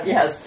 Yes